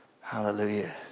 Hallelujah